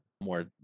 more